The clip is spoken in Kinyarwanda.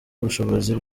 ubushobozi